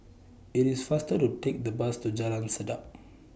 IS IT faster to Take The Bus to Jalan Sedap